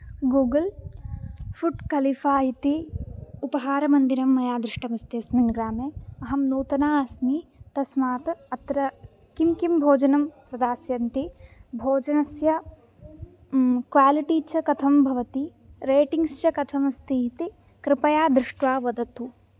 गोगुल् food कलिफा इति उपहारमन्दिरम् मया दृष्टमस्ति अस्मिन् ग्रामे अहं नूतना अस्मि तस्मात् अत्र किं किं भोजनं दास्यन्ति भोजनस्य क्वालिटी च कथं भवति रेटिङ्ग्श्च कथमस्ति इति कृपया दृष्ट्वा वदतु